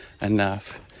enough